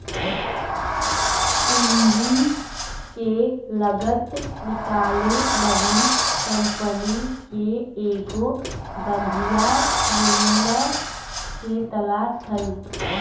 पूंजी के लागत निकाले लागी कंपनी के एगो बधियाँ मुनीम के तलास हई